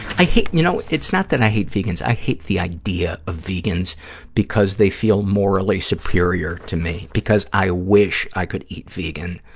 i hate, you know, it's not that i hate vegans. i hate the idea of vegans because they feel morally superior to me, because i wish i could eat vegan,